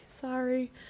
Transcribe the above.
sorry